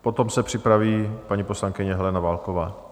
Potom se připraví paní poslankyně Helena Válková.